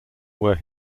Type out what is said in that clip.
where